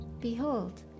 Behold